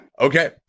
okay